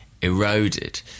eroded